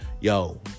yo